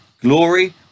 glory